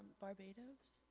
barbados.